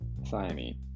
thiamine